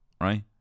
right